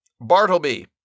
Bartleby